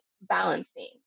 balancing